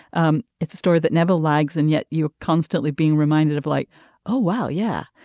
um it's a story that never lags and yet you're constantly being reminded of like oh wow. yeah.